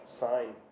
sign